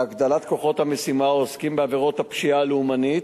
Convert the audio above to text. להגדלת כוחות המשימה העוסקים בעבירות הפשיעה הלאומנית,